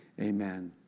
Amen